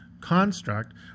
construct